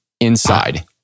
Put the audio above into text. inside